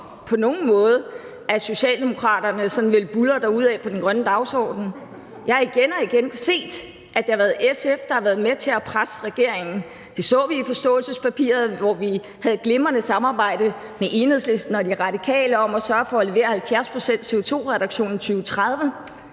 på nogen måde om, at Socialdemokraterne sådan ville buldre derudad på den grønne dagsorden. Jeg har igen og igen set, at det har været SF, der har været med til at presse regeringen. Det så vi i forståelsespapiret, hvor vi havde et glimrende samarbejde med Enhedslisten og De Radikale om at sørge for at levere 70 pct. CO2-reduktion i 2030.